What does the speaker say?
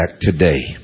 today